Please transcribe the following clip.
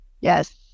Yes